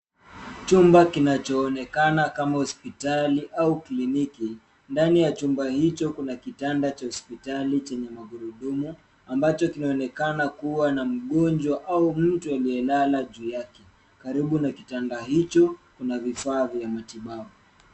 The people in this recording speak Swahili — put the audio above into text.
Chumba kinachoonekana kama hospitali au kliniki. Ndani ya chumba hicho kuna kitanda cha hospitali chenye magurudumu ambacho kinaonekana kuwa na mgonjwa au mtu aliyelala juu yake. Karibu na kitanda hicho, kuna vifaa vya matibabu.